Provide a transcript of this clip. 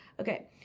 okay